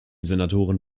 senatoren